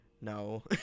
No